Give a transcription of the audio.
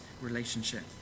relationship